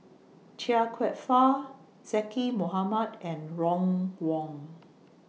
Chia Kwek Fah Zaqy Mohamad and Ron Wong